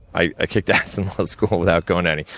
i kicked ass in law school without going to any.